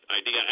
Idea